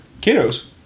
kiddos